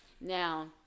Now